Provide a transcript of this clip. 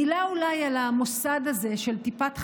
מילה אולי על המוסד הזה של טיפת חלב,